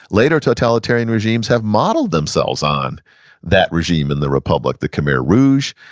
later totalitarian regimes have modeled themselves on that regime in the republic. the khmer rouge,